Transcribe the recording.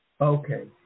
Okay